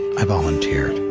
i volunteered.